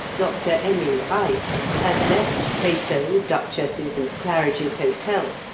dr. emil reich has left plato, duchesses, and claridge's hotel,